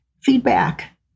feedback